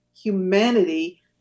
humanity